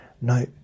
no